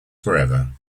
forever